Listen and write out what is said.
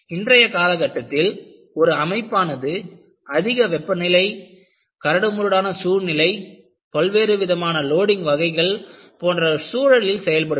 இன்றைய காலகட்டத்தில் ஒரு அமைப்பானது அதிக வெப்பநிலை கரடுமுரடான சூழ்நிலை பல்வேறு விதமான லோடிங் வகைகள் போன்ற சூழலில் செயல்படுகிறது